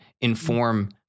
inform